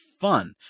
fun